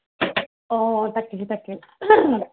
অঁ তাকেহে তাকে